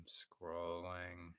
scrolling